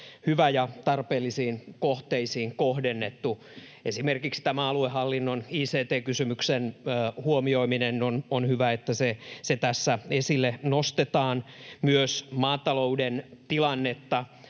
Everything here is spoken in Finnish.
hyvä ja tarpeellisiin kohteisiin kohdennettu. Hyvää on esimerkiksi tämä aluehallinnon ict-kysymyksen huomioiminen, se, että se tässä esille nostetaan, ja myös maatalouden tilanne